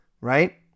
right